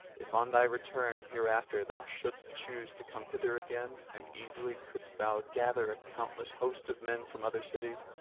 if on thy return hereafter thou shouldst choose to come hither again and easily couldst thou gather a countless host of men from other cities.